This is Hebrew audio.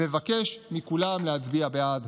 אני מבקש מכולם להצביע בעד.